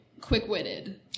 quick-witted